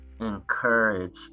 encourage